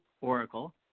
oracle